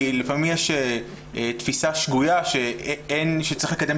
כי לפעמים יש תפיסה שגויה שצריך לקדם